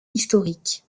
historique